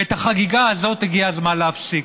ואת החגיגה הזאת הגיע הזמן להפסיק.